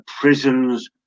prisons